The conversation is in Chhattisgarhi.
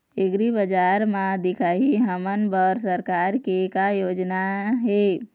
एग्रीबजार म दिखाही हमन बर सरकार के का योजना हे?